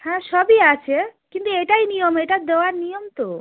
হ্যাঁ সবই আছে কিন্তু এটাই নিয়ম এটা দেওয়ার নিয়ম তো